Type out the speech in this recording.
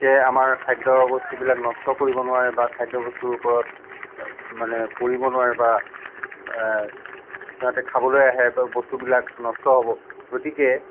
কে আমাৰ খাদ্য বস্তুবিলাক নষ্ট কৰিব নোৱাৰে বা খাদ্য বস্তুৰ ওপৰত মানে পৰিব নোৱাৰে বা সিহঁতে খাবলৈ আহে বস্তু বিলাক নষ্ট হ'ব গতিকে